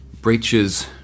breaches